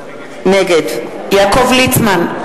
נגד יעקב ליצמן,